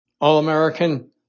All-American